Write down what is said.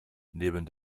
neben